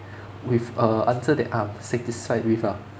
with a answer that I'm satisfied with ah